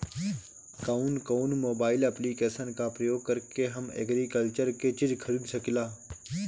कउन कउन mobile application का प्रयोग करके हम एग्रीकल्चर के चिज खरीद सकिला?